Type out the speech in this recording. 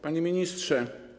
Panie Ministrze!